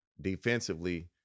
Defensively